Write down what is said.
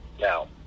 Now